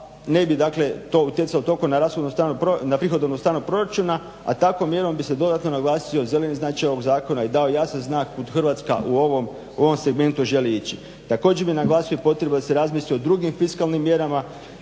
dakle to utjecalo toliko na prihodovnu stranu proračuna a takvom mjerom bi se dodatno naglasio zeleni značaj ovog zakona i dao jasan znak kud Hrvatska u ovom segmentu želi ići. Također bih naglasio potrebu da se razmisli o drugim fiskalnim mjerama